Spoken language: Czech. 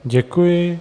Děkuji.